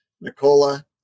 Nicola